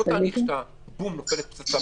הרי אתם ממילא מציגים חוות-דעת?